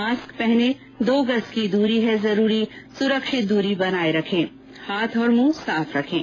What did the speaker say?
mask पहनें दो गज़ की दूरी है जरूरी सुरक्षित दूरी बनाए रखें हाथ और मुंह साफ रखें